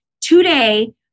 today